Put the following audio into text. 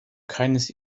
keines